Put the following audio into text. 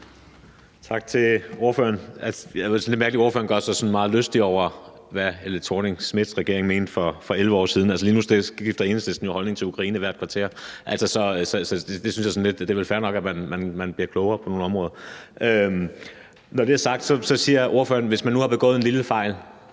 Tak til ordføreren. Det er lidt mærkeligt, at ordføreren gør sig sådan meget lystig over, hvad Helle Thorning-Schmidt-regeringen mente for 11 år siden. Altså, lige nu skifter Enhedslisten jo holdning til Ukraine hvert kvarter. Så det er vel fair nok, at man bliver klogere på nogle områder. Ordføreren siger det med, at man kan have begået en lille fejl.